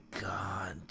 God